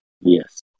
Yes